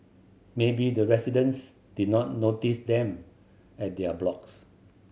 maybe the residents did not notice them at their blocks